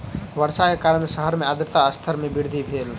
वर्षा के कारण शहर मे आर्द्रता स्तर मे वृद्धि भेल